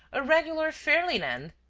a regular fairy-land!